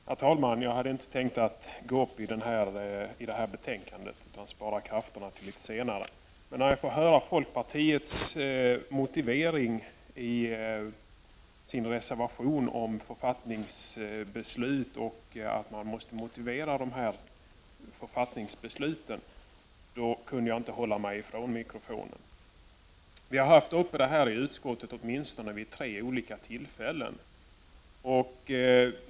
Herr talman! Jag hade inte tänkt gå upp i debatten om det här betänkandet utan spara krafterna till litet senare. Men när jag får höra folkpartiets motivering till reservation I om motivering av tillämpad författningsbestämmelse kunde jag inte hålla mig ifrån mikrofonen. Vi har haft uppe den här frågan i utskottet vid åtminstone tre olika tillfällen.